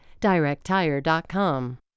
directtire.com